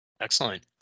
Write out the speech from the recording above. excellent